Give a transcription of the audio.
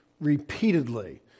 repeatedly